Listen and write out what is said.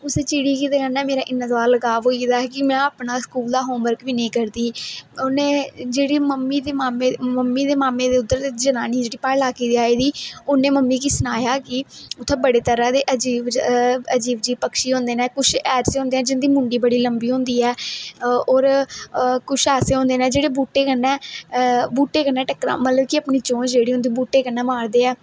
उस चिड़ी कन्नै ते मेरा इन्ना ज्यादा लगाव होई गेदा हा कि में अपना स्कूल दा होम बर्क बी नेंई करदी ही उनें जेहड़ी मम्मी दी मामे दे उद्धर दे जेहडे़ जनानी जेहड़ी प्हाड़ी इलाके दी आई दी ही ओह् उंहे मम्मी गी सनाया कि उत्थै बडे़ तरह दे अजीब अजीब पक्षी होंदे ना कुछ ऐसा होंदे ना जिंदी मुंडी बड़ी लंबी होंदी ऐ ऐऔर कुछ ऐसा होंदे ना जेहडे़ बूहटे कन्नै बूहटे कन्नै मतलब कि अपनी चोंज जेहड़ी होंदी ओह् बूहटे कन्नै मारदे ऐ